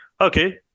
okay